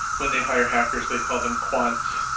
when they hire hackers they call them quants,